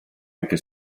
anche